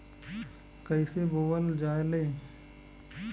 कईसे बोवल जाले?